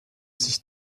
sich